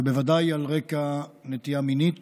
ובוודאי על רקע נטייה מינית